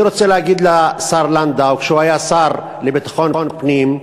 אני רוצה להגיד לשר לנדאו: כשהוא היה שר לביטחון פנים,